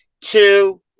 two